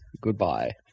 goodbye